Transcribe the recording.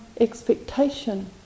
expectation